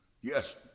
Yes